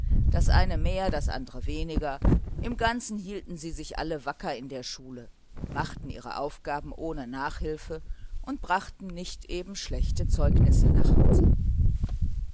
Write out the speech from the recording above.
der eine mehr der andere weniger im ganzen hielten sie sich alle wacker in der schule machten ihre aufgaben ohne nachhilfe und brachten nicht eben schlechte zeugnisse nach hause